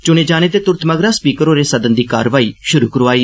चुने जाने दे तुरन्त मगरा स्पीकर होरें सदन दी कारवाई शुरु करोआई